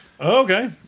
Okay